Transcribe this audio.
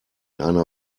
einer